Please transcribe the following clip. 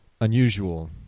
unusual